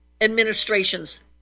administrations